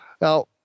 Now